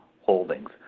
holdings